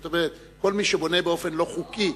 זאת אומרת, כל מי שבונה באופן לא חוקי,